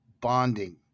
Bonding